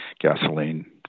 gasoline